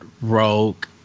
rogue